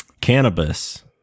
cannabis